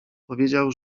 powiedział